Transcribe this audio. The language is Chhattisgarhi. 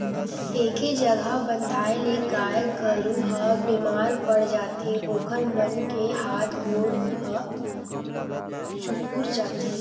एके जघा बंधाए ले गाय गरू ह बेमार पड़ जाथे ओखर मन के हात गोड़ ह चुगुर जाथे